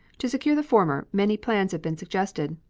to secure the former many plans have been suggested,